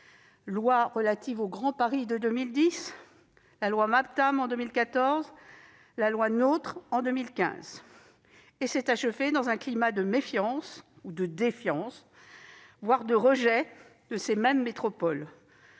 loi relative au Grand Paris en 2010, la loi Maptam en 2014, la loi NOTRe en 2015. Elle s'est achevée dans un climat de méfiance ou de défiance, voire de rejet de ces mêmes métropoles,